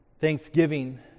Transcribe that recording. thanksgiving